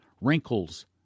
Wrinkles